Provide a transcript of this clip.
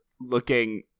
looking